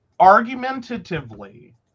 argumentatively